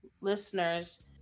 listeners